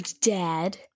dad